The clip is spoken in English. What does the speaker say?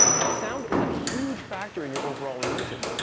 but sound is a huge factor in your overall immersion.